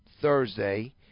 Thursday